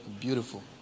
Beautiful